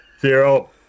Zero